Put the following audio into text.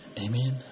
Amen